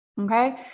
Okay